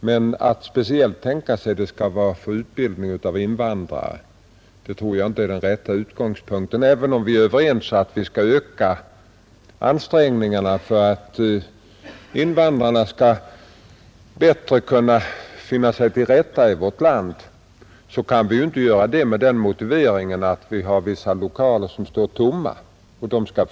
Men fastän vi är överens om att öka ansträngningarna för att invandrarna skall kunna finna sig till rätta i vårt land, kan det inte ske med den motiveringen att vissa lokaler står tomma och bör användas för något ändamål.